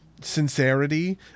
sincerity